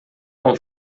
com